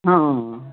हँ